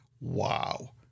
Wow